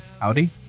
Howdy